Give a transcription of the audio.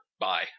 bye